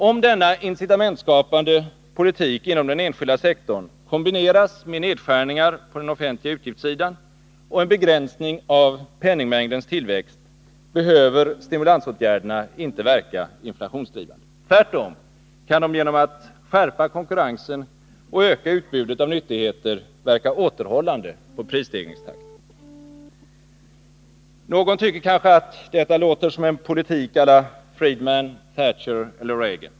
Om denna incitamentskapande politik inom den enskilda sektorn kombineras med nedskärningar på den offentliga utgiftssidan och en begränsning av penningmängdens tillväxt, behöver stimulansåtgärderna inte verka inflationsdrivande. Tvärtom kan de genom att skärpa konkurrensen och öka utbudet av nyttigheter verka återhållande på prisstegringstakten. Någon tycker kanske att detta låter som en politik å la Friedman, Thatcher eller Reagan.